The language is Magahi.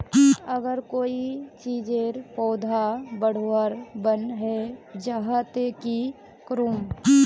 अगर कोई चीजेर पौधा बढ़वार बन है जहा ते की करूम?